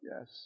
yes